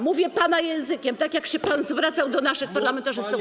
Mówię pana językiem, tak jak się pan zwracał do naszych parlamentarzystów.